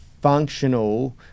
functional